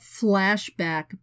flashback